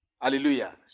Hallelujah